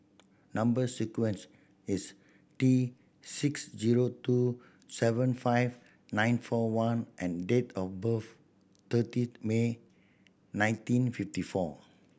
number sequence is T six zero two seven five nine four one and date of birth thirtieth May nineteen fifty four